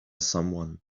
someone